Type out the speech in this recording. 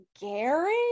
gary